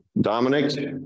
Dominic